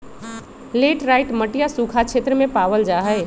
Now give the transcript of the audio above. laterite मटिया सूखा क्षेत्र में पावल जाहई